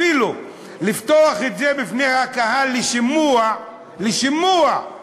אפילו לפתוח את זה בפני הקהל לשימוע לקח